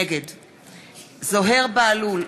נגד זוהיר בהלול,